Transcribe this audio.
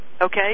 okay